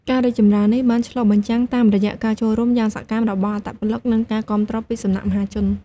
ការរីកចម្រើននេះបានឆ្លុះបញ្ចាំងតាមរយៈការចូលរួមយ៉ាងសកម្មរបស់អត្តពលិក និងការគាំទ្រពីសំណាក់មហាជន។